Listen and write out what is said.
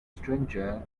stranger